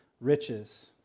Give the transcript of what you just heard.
riches